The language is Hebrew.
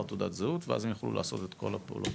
תעודת זהות והם יוכלו לעשות את כל הפעולות,